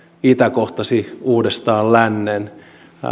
itä kohtasi uudestaan lännen